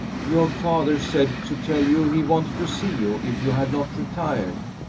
your father said to tell you he wanted to see you, if you had not retired.